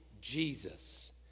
Jesus